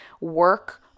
work